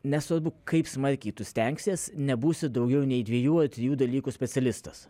nesvarbu kaip smarkiai tu stengsies nebūsiu daugiau nei dviejų trijų dalykų specialistas